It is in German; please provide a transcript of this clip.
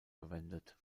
verwendet